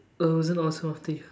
I wasn't